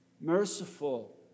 Merciful